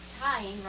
tying